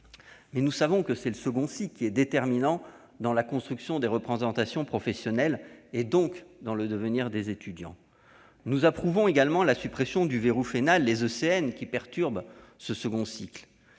Mais nous savons que c'est le second cycle qui est déterminant dans la construction des représentations professionnelles et, donc, dans le devenir des étudiants. Nous approuvons également la suppression du verrou final, les ECN, qui perturbent ce second cycle.